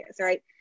right